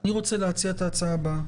אני רוצה להציע את ההצעה הבאה.